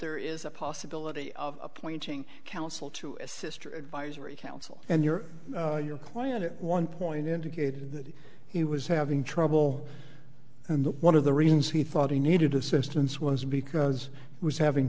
there is a possibility of appointing counsel to a sister advisory council and you're your client at one point indicated he was having trouble and one of the reasons he thought he needed assistance was because he was having